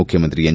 ಮುಖ್ಯಮಂತ್ರಿ ಎನ್